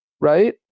right